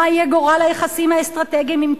מה יהיה גורל היחסים עם טורקיה,